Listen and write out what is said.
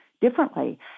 differently